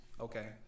Okay